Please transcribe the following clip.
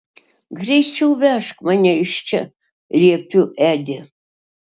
greičiau vežk mane iš čia liepiu edi